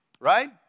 Right